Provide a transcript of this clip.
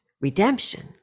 redemption